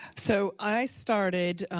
so i started